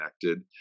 connected